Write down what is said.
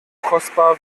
kostbar